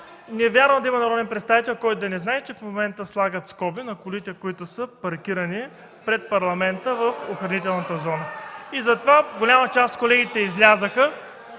Не вярвам да има народен представител, който да не знае, че в момента слагат скоби на колите, които са паркирани пред Парламента – в охранителната зона! Затова голяма част от колегите излязоха,